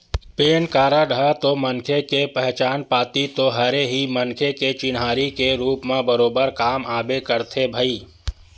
PAN card ह तो मनखे के पहचान पाती तो हरे ही मनखे के चिन्हारी के रुप म बरोबर काम आबे करथे भई